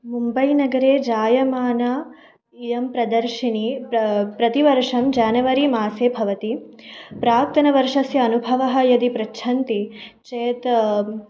मुम्बैनगरे जायमाना इयं प्रदर्शिनी प्र प्रतिवर्षं जानवरी मासे भवति प्राक्तन वर्षस्य अनुभवः यदि प्रयच्छन्ति चेत्